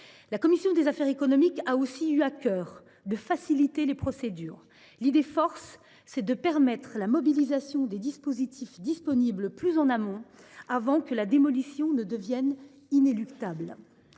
La commission des affaires économiques a aussi eu à cœur de faciliter les procédures. Notre idée force est de permettre la mobilisation des dispositifs disponibles plus en amont, avant que la démolition ne devienne inéluctable.